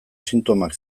sintomak